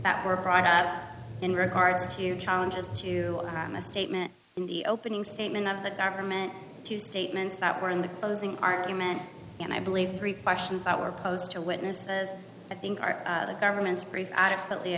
that were brought up in regards to challenges to a misstatement in the opening statement of the government two statements that were in the closing argument and i believe three questions that were posed to witnesses i think are the government's brief adequately